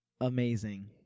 amazing